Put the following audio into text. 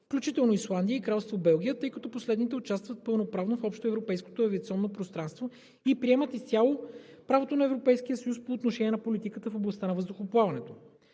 включително Исландия и Кралство Норвегия, тъй като последните участват пълноправно в Общоевропейското авиационно пространство и приемат изцяло правото на Европейския съюз по отношение на политиката в областта на въздухоплаването.